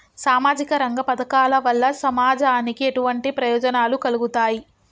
సామాజిక రంగ పథకాల వల్ల సమాజానికి ఎటువంటి ప్రయోజనాలు కలుగుతాయి?